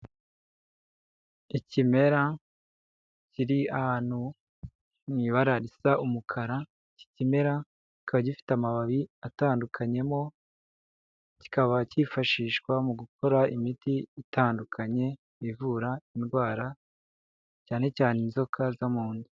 Ikimera kiri ahantu mu ibara risa umukara, iki kimera kikaba gifite amababi atandukanyemo, kikaba cyifashishwa mu gukora imiti itandukanye ivura indwara, cyane cyane inzoka zo mu nda.